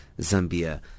Zambia